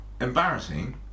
embarrassing